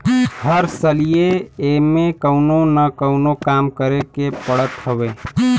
हर सलिए एमे कवनो न कवनो काम करे के पड़त हवे